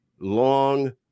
long